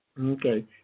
Okay